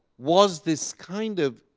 was this kind of